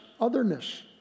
Otherness